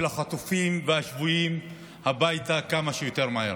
החטופים והשבויים הביתה כמה שיותר מהר.